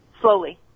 Slowly